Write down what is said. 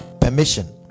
permission